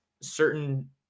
certain –